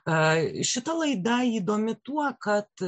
šita laida įdomi tuo kad